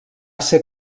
ser